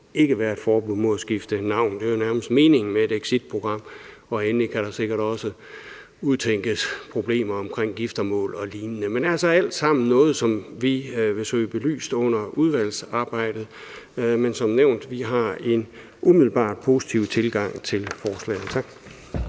ikke være et forbud mod at skifte navn. Det er jo nærmest meningen med et exitprogram. Og endelig kan der sikkert også udtænkes problemer omkring giftermål og lignende. Det er altså alt sammen noget, som vi vil søge belyst under udvalgsarbejdet, men vi har som nævnt umiddelbart en positiv tilgang til forslaget. Tak.